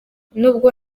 nubwo